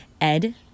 ed